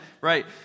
right